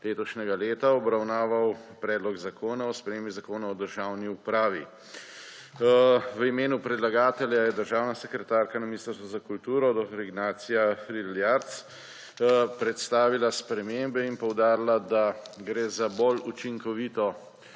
letošnjega leta obravnaval Predlog zakona o spremembi Zakona o državni upravi. V imenu predlagatelja je državna sekretarka na Ministrstvu za kulturo dr. Ignacija / Nerazumljivo/ predstavila spremembe in poudarila, da gre za bolj učinkovito